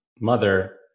mother